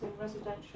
residential